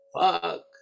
Fuck